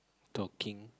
talking